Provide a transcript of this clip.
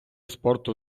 спорту